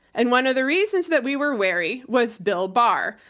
and one of the reasons that we were wary was bill barr.